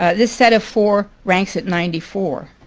ah this set of four ranks at ninety four.